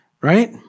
right